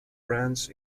brands